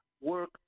work